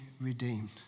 redeemed